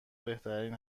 بهترین